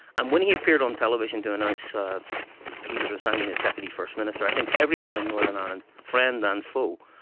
and when he appeared on television to announce ah he was resigning as deputy first minister, i think everyone in northern ireland, friend and foe,